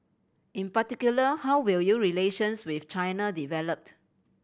in particular how will your relations with China developed